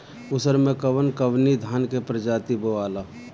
उसर मै कवन कवनि धान के प्रजाति बोआला?